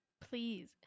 Please